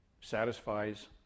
satisfies